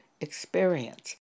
experience